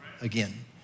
again